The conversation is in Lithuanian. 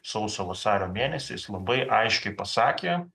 sausio vasario mėnesiais labai aiškiai pasakė